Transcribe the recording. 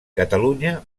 catalunya